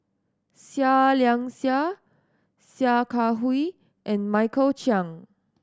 Seah Liang Seah Sia Kah Hui and Michael Chiang